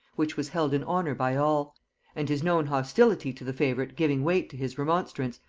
which was held in honor by all and his known hostility to the favorite giving weight to his remonstrance,